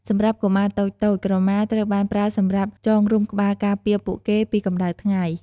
សម្រាប់កុមារតូចៗ ក្រមាត្រូវបានប្រើសម្រាប់ចងរុំក្បាលការពារពួកគេពីកម្ដៅថ្ងៃ។